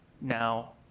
now